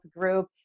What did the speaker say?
Group